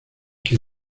que